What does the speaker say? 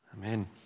Amen